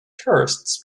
tourists